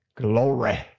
Glory